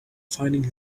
finding